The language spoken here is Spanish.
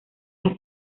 las